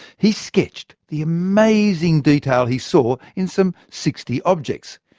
he sketched the amazing detail he saw in some sixty objects.